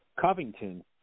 Covington